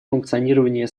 функционирование